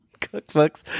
cookbooks